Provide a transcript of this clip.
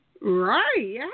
right